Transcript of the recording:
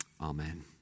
Amen